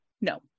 no